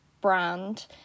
brand